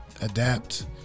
adapt